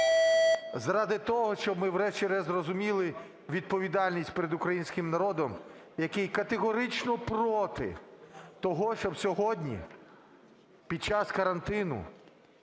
заради того, щоб ми, врешті-решт, зрозуміли відповідальність перед українським народом, який категорично проти того, щоб сьогодні, під час карантину,